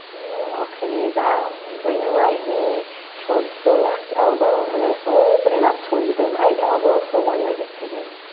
and then walk the knees out. we're going to bring the right knee towards the left elbow. and then open it up towards the right elbow for one-legged pigeon.